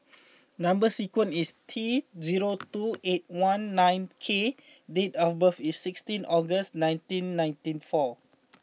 number sequence is T zero two eight one nine K date of birth is sixteen August nineteen ninety four